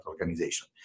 Organization